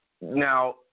Now